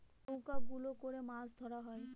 নৌকা গুলো করে মাছ ধরা হয়